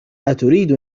أتريد